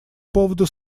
поводу